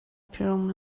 پیرامون